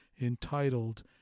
entitled